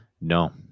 no